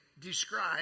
describe